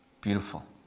Beautiful